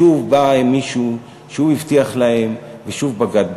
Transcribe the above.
שוב בא מישהו, שוב הבטיח להם ושוב בגד בהם.